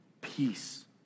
peace